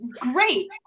great